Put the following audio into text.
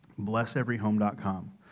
blesseveryhome.com